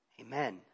Amen